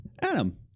Adam